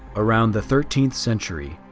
around the thirteenth century,